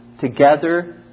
together